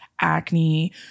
acne